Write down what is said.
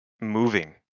moving